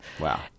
Wow